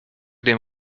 dem